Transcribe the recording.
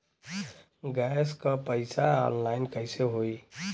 Gas क पैसा online कइसे होई?